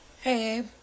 Hey